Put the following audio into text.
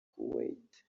kuwait